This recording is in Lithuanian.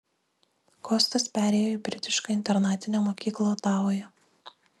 kostas perėjo į britišką internatinę mokyklą otavoje